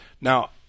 now